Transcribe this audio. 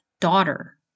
daughter